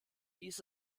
dies